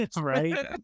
right